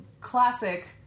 Classic